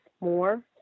more